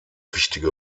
wichtige